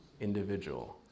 individual